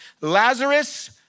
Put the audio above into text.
Lazarus